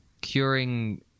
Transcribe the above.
curing